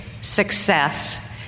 success